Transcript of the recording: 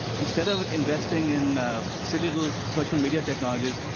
instead of investing in silly little social media technologies,